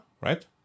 right